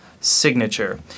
signature